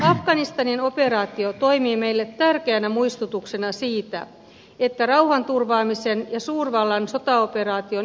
afganistanin operaatio toimii meille tärkeänä muistutuksena siitä että rauhanturvaamisen ja suurvallan sotaoperaation yhdistäminen tuottaa huonoja tuloksia